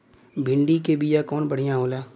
भिंडी के बिया कवन बढ़ियां होला?